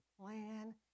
plan